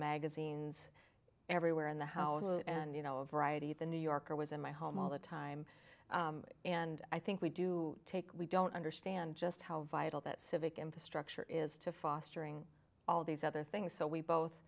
magazines everywhere in the house and you know a variety of the new yorker was in my home all the time and i think we do take we don't understand just how vital that civic infrastructure is to fostering all these other things so we both